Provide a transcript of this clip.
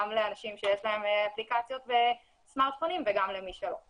גם לאנשים שיש להם אפליקציות וסמארטפונים וגם למי שאין לו.